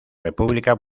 república